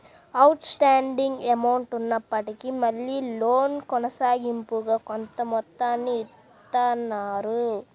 out standing amount ఉన్నప్పటికీ మళ్ళీ loan కొనసాగింపుగా కొంత మొత్తాన్ని ఇత్తన్నారు